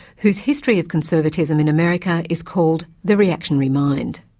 whose history of conservatism in america is called the reactionary mind.